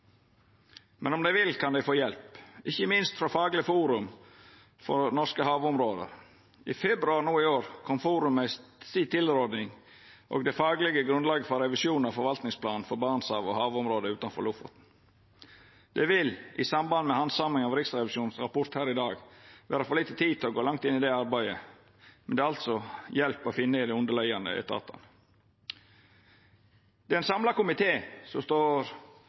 Men om dei vil, kan dei få hjelp, ikkje minst frå Faglig forum for norske havområder. I februar no i år kom forumet med tilrådinga si og det faglege grunnlaget for revisjon av forvaltningsplanen for Barentshavet og havområda utanfor Lofoten. Det vil i samband med handsaminga av rapporten frå Riksrevisjonen her i dag vera for lite tid til å gå langt inn i det arbeidet, men det er altså hjelp å finna i dei underliggjande etatane. Det er ein samla komité som står